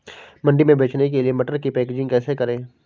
मंडी में बेचने के लिए मटर की पैकेजिंग कैसे करें?